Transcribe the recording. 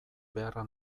beharra